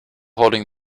holding